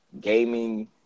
gaming